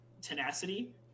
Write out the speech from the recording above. tenacity